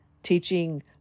teaching